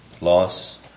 loss